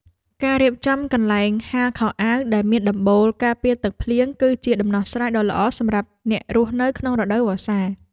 ការរៀបចំកន្លែងហាលខោអាវដែលមានដំបូលការពារទឹកភ្លៀង គឺជាដំណោះស្រាយដ៏ល្អសម្រាប់អ្នករស់នៅក្នុងរដូវវស្សា។